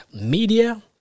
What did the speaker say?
media